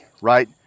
Right